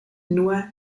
nur